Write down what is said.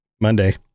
Monday